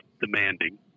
demanding